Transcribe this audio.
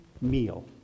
Meal